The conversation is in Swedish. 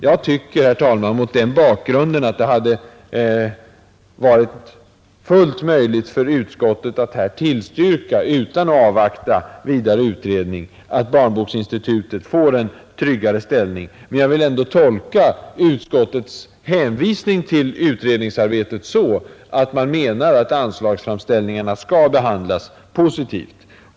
Jag tycker, herr talman, att det mot den bakgrunden hade varit fullt möjligt för utskottet att utan att avvakta ytterligare utredning tillstyrka att Barnboksinstitutet får en tryggare ställning. Jag vill ändå tolka utskottets hänvisning till utredningsarbetet så att utskottet menar att anslagsframställningarna skall behandlas positivt.